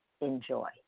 enjoy